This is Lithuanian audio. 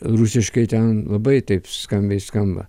rusiškai ten labai taip skambiai skamba